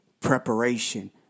preparation